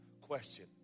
Question